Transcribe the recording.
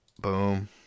boom